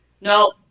No